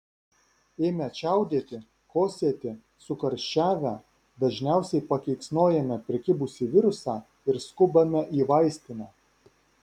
ėmę čiaudėti kosėti sukarščiavę dažniausiai pakeiksnojame prikibusį virusą ir skubame į vaistinę